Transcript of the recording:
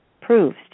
proves